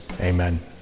Amen